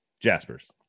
Jasper's